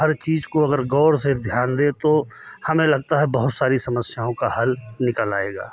हर चीज को अगर गौर से ध्यान दे तो हमें लगता है बहुत सारी समस्याओं का हल निकल आएगा